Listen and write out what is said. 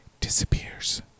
disappears